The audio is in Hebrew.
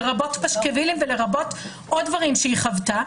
לרבות פשקווילים ולרבות עוד דברים שהיא חוותה,